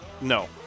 No